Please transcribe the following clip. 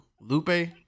Lupe